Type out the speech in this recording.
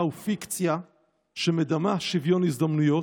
הוא פיקציה שמדמה שוויון הזדמנויות,